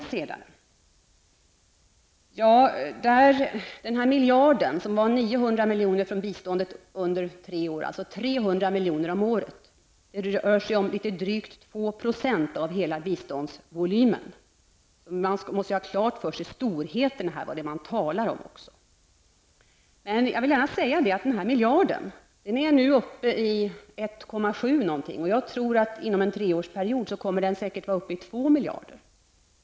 Man måste ha klart för sig vilka siffror man talar om. Det gäller 900 milj.kr. på tre år, alltså 300 miljoner om året. Det är 2 % av hela biståndsvolymen. Men jag vill gärna säga här att denna miljard nu är uppe i 1,7 miljarder eller så, och jag tror att inom en treårsperiod kommer den säkert att vara uppe i 2 miljarder.